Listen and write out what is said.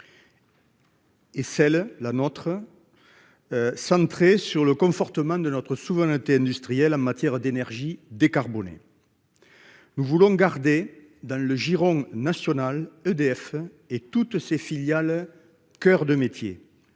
Et celle-là notre. Centré sur le confortement de notre souveraineté industrielle en matière d'énergie décarbonée. Nous voulons garder dans le giron national EDF et toutes ses filiales. Coeur de métier.